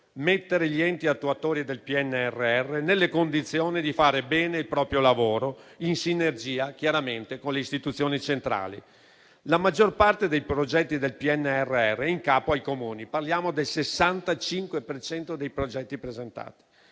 mettere gli enti attuatori del PNRR nelle condizioni di fare bene il proprio lavoro, in sinergia chiaramente con le istituzioni centrali. La maggior parte dei progetti del PNRR è in capo ai Comuni. Parliamo del 65 per cento dei progetti presentati.